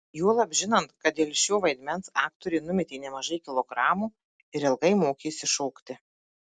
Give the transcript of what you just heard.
juolab žinant kad dėl šio vaidmens aktorė numetė nemažai kilogramų ir ilgai mokėsi šokti